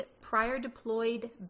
prior-deployed